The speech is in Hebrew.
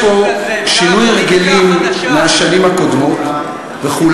יש פה שינוי הרגלים מהשנים הקודמות בגלל זה הבאת אותו היום.